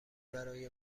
برای